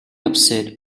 upset